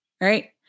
right